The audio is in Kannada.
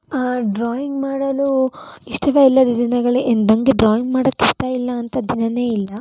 ಡ್ರಾಯಿಂಗ್ ಮಾಡಲು ಇಷ್ಟವೇ ಇಲ್ಲದ ದಿನಗಳೇ ಇಲ್ಲ ನನಗೆ ಡ್ರಾಯಿಂಗ್ ಮಾಡಕ್ಕೆ ಇಷ್ಟ ಇಲ್ಲ ಅಂತ ದಿನಾನೇ ಇಲ್ಲ